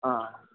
ആ